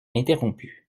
interrompu